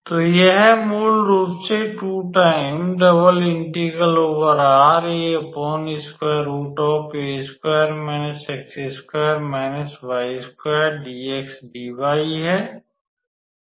तो यह मूल रूप से है